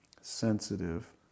sensitive